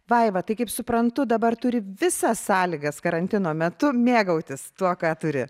vaiva tai kaip suprantu dabar turi visas sąlygas karantino metu mėgautis tuo ką turi